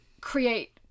create